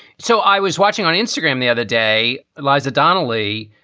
so i was watching on instagram the other day like the donelli,